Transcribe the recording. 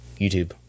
YouTube